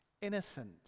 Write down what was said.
innocent